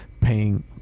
paying